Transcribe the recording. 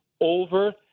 over